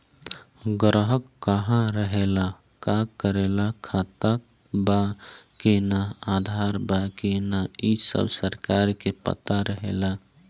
ग्राहक कहा रहेला, का करेला, खाता बा कि ना, आधार बा कि ना इ सब सरकार के पता रहेला